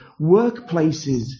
workplaces